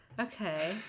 Okay